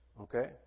Okay